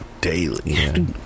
daily